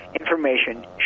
information